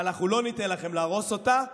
ואנחנו לא ניתן לכם להרוס אותה.